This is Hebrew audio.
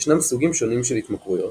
ישנם סוגים שונים של התמכרויות,